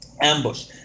ambush